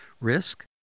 risk